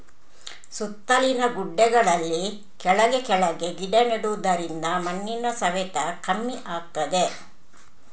ಸುತ್ತಲಿನ ಗುಡ್ಡೆಗಳಲ್ಲಿ ಕೆಳಗೆ ಕೆಳಗೆ ಗಿಡ ನೆಡುದರಿಂದ ಮಣ್ಣಿನ ಸವೆತ ಕಮ್ಮಿ ಆಗ್ತದೆ